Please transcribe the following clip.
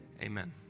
Amen